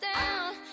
down